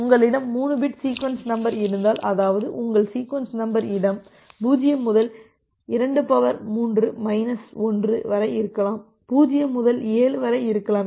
உங்களிடம் 3 bit sequence number இருந்தால் அதாவது உங்கள் சீக்வென்ஸ் நம்பர் இடம் 0 முதல் 23 1 வரை இருக்கலாம் 0 முதல் 7 வரை இருக்கலாம்